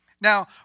Now